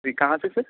जी कहाँ से सर